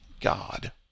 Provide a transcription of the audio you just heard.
God